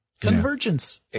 convergence